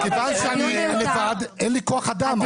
'כיוון שאני לבד, אין לי כוח אדם'.